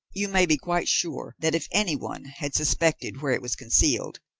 you may be quite sure that if anyone had suspected where it was concealed,